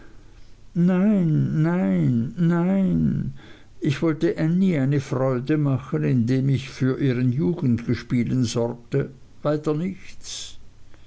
nein nein nein ich wollte ännie eine freude machen indem ich für ihren jugendgespielen sorgte weiter nichts